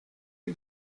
may